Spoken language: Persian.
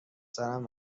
سرم